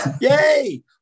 Yay